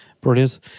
Brilliant